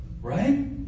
Right